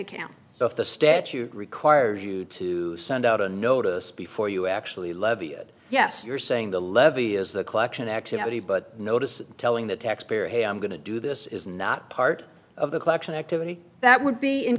account so if the statute requires you to send out a notice before you actually levy it yes you're saying the levy is the collection activity but notice telling the taxpayer hey i'm going to do this is not part of the collection activity that would be in